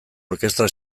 orkestra